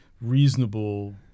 reasonable